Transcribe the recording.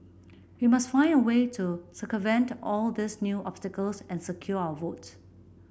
we must find a way to circumvent all these new obstacles and secure our votes